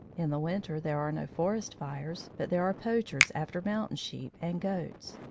in the winter there are no forest fires, but there are poachers after mountain sheep and goats,